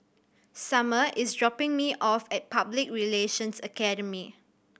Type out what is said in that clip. Summer is dropping me off at Public Relations Academy